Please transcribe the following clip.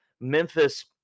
Memphis